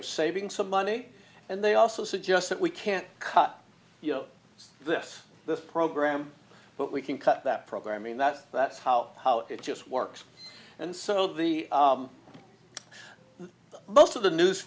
of saving some money and they also suggest that we can't cut this this program but we can cut that program mean that that's how how it just works and so the most of the news